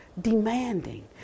demanding